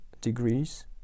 degrees